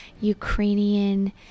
Ukrainian